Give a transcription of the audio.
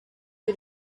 you